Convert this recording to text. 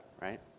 right